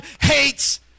hates